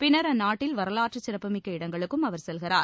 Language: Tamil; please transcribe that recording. பின்னர் அந்நாட்டில் வரலாற்று சிறப்புமிக்க இடங்களுக்கும் அவர் செல்கிறார்